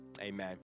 amen